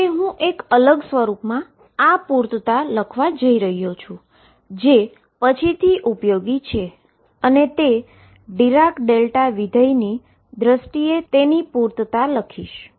હવે હું એક અલગ સ્વરૂપમાં આ પુર્તતા લખવા જઇ રહ્યો છું અને તે પછીથી ઉપયોગી છે ડીરાક ડેલ્ટા ફંક્શનની દ્રષ્ટિએ પુર્તતા લખીશ